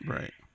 Right